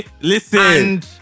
Listen